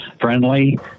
friendly